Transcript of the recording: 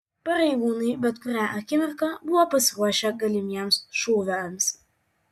pareigūnai bet kurią akimirką buvo pasiruošę galimiems šūviams